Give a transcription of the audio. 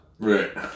Right